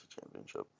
Championship